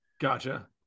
Gotcha